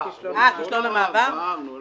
הציבורי בתהליך ההעברה לירושלים." לא